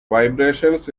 vibrations